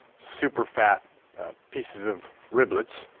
super fat pieces of riblets.